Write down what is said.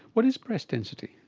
what is breast density?